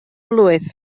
blwydd